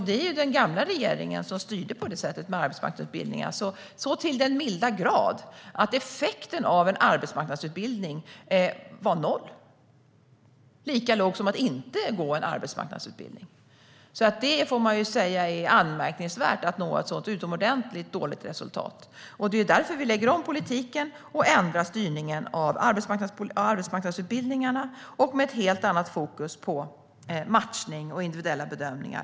Det var den gamla regeringen som styrde med arbetsmarknadsutbildningar så till den milda grad att effekten av en genomgången arbetsmarknadsutbildning var noll - lika låg som att inte gå en arbetsmarknadsutbildning. Man får säga att det är anmärkningsvärt att nå ett sådant utomordentligt dåligt resultat. Det är därför vi lägger om politiken, ändrar styrningen av arbetsmarknadsutbildningarna och har ett helt annat fokus på matchning och individuella bedömningar.